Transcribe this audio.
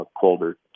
colder